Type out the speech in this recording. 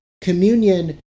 communion